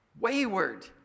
wayward